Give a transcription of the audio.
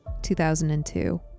2002